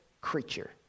creature